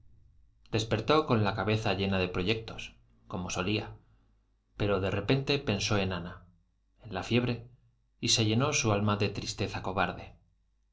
despertó con la cabeza llena de proyectos como solía pero de repente pensó en ana en la fiebre y se llenó su alma de tristeza cobarde